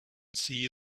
see